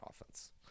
offense